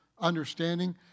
understanding